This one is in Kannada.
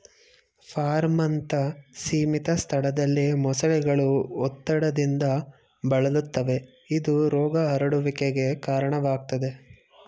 ಫಾರ್ಮ್ನಂತ ಸೀಮಿತ ಸ್ಥಳದಲ್ಲಿ ಮೊಸಳೆಗಳು ಒತ್ತಡದಿಂದ ಬಳಲುತ್ತವೆ ಇದು ರೋಗ ಹರಡುವಿಕೆಗೆ ಕಾರಣವಾಗ್ತದೆ